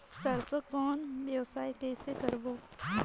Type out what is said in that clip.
सरसो कौन व्यवसाय कइसे करबो?